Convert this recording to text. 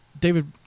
David